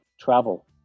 Travel